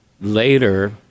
later